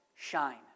Shine